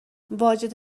واجد